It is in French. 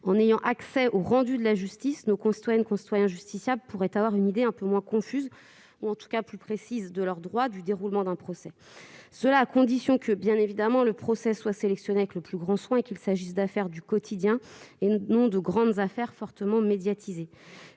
En ayant accès à ces derniers, nos concitoyens justiciables pourraient avoir une idée un peu moins confuse et un plus précise de leurs droits et du déroulement d'un procès, à condition bien évidemment que le procès soit sélectionné avec le plus grand soin, qu'il s'agisse d'affaires du quotidien, et non de grandes affaires fortement médiatisées.